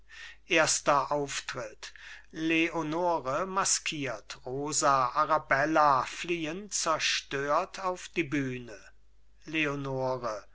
erster auftritt leonore maskiert rosa arabella fliehen zerstört auf die bühne leonore